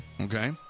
okay